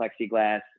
plexiglass